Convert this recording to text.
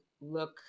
look